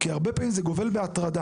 כי הרבה פעמים זה גובל בהטרדה.